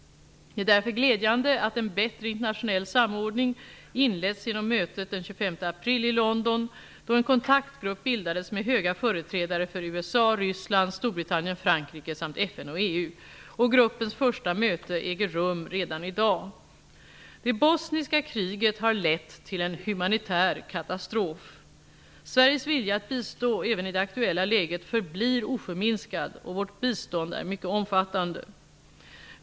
Det är därför glädjande att en bättre internationell samordning inletts genom mötet den 25 april i London, då en kontaktgrupp bildades med höga företrädare för USA, Ryssland, Gruppens första möte äger rum i dag. Det bosniska kriget har lett till en humanitär katastrof. Sveriges vilja att bistå även i det aktuella läget förblir oförminskad, och vårt bistånd är mycket omfattande.